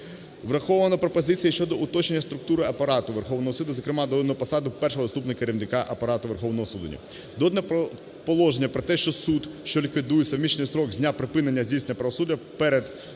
Врахована пропозиція щодо уточнення структури апарату Верховного Суду, зокрема додано посаду першого заступника керівника апарату Верховного Суду. Додано положення про те, що суд, що ліквідується в місячний строк з дня припинення здійснення правосуддя,